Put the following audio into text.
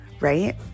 right